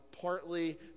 partly